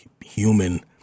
human